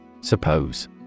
Suppose